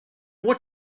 what